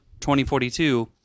2042